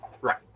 Right